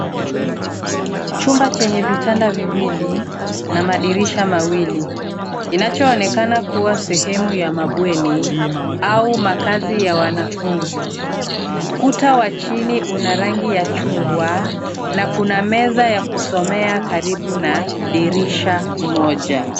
Chumba chenye vitanda viwili na madirisha mawili kinachoonekana kuwa sehemu ya mabweni au makazi ya wanafunzi. Ukuta wa chini una rangi ya chungwa na kuna meza ya kusomea karibu na dirisha moja.